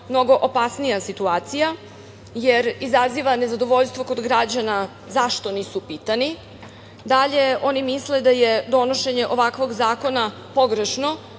mnogo opasnija situacija jer izaziva nezadovoljstvo kod građana zašto nisu pitani. Dalje, oni misle da je donošenje ovakvog zakona pogrešno